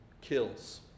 kills